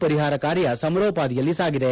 ಪರಿಹಾರ ಕಾರ್ಯ ಸಮರೋಪಾದಿಯಲ್ಲಿ ಸಾಗಿದೆ